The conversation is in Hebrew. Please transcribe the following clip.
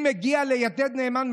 אם נגיע ליתד נאמן,